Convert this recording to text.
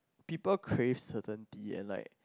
people create certainy and like